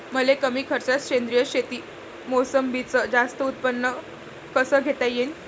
मले कमी खर्चात सेंद्रीय शेतीत मोसंबीचं जास्त उत्पन्न कस घेता येईन?